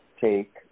take